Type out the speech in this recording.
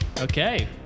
okay